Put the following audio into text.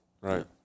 right